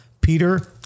Peter